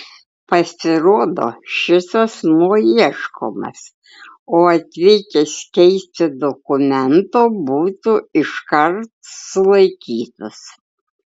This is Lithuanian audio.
pasirodo šis asmuo ieškomas o atvykęs keisti dokumento būtų iškart sulaikytas